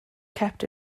kept